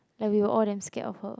like we were all damn scared of her